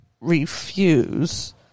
refuse